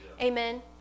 amen